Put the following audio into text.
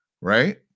Right